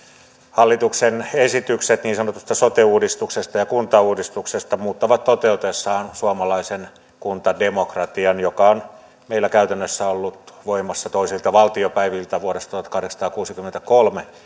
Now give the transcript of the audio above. hallituksen esitykset niin sanotusta sote uudistuksesta ja kuntauudistuksesta muuttavat toteutuessaan suomalaisen kuntademokratian joka on meillä käytännössä ollut voimassa toisilta valtiopäiviltä vuodesta tuhatkahdeksansataakuusikymmentäkolme